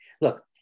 Look